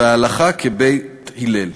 והלכה כבית הלל".